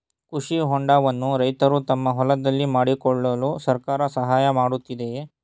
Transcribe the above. ಕೃಷಿ ಹೊಂಡವನ್ನು ರೈತರು ತಮ್ಮ ಹೊಲದಲ್ಲಿ ಮಾಡಿಕೊಳ್ಳಲು ಸರ್ಕಾರ ಸಹಾಯ ಮಾಡುತ್ತಿದೆಯೇ?